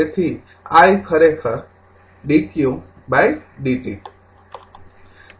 તેથી i dqdt